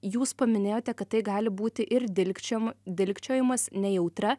jūs paminėjote kad tai gali būti ir dilgčiojimu dilgčiojimas nejautria